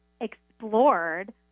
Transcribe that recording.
explored